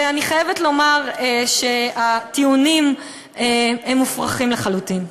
ואני חייבת לומר שהטיעונים הם מופרכים לחלוטין.